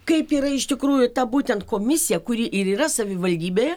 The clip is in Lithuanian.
kaip yra iš tikrųjų ta būtent komisija kuri ir yra savivaldybėje